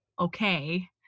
okay